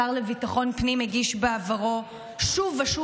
השר לביטחון פנים הגיש בעברו שוב ושוב